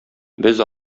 без